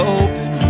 open